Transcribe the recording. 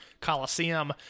Coliseum